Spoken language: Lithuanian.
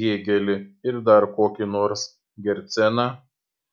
hėgelį ir dar kokį nors gerceną